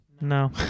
No